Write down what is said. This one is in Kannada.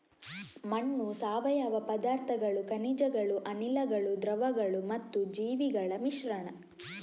ಮಣ್ಣು ಸಾವಯವ ಪದಾರ್ಥಗಳು, ಖನಿಜಗಳು, ಅನಿಲಗಳು, ದ್ರವಗಳು ಮತ್ತು ಜೀವಿಗಳ ಮಿಶ್ರಣ